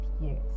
years